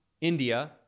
India